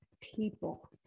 people